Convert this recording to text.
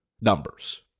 numbers